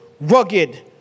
rugged